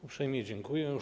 Uprzejmie dziękuję.